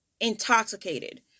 intoxicated